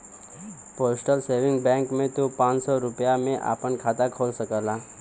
postal saving bank में तू पांच सौ रूपया में आपन खाता खोल सकला